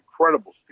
incredible